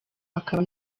akaba